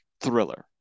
thriller